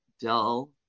dull